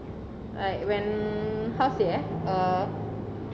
like when how say eh uh